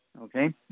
Okay